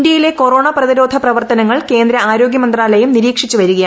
ഇന്ത്യയിലെ കൊറോണ പ്രതിരോധ പ്രവർത്തനങ്ങൾ കേന്ദ്ര ആരോഗ്യമന്ത്രാലയം നിരീക്ഷിച്ച് വരികയാണ്